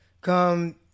come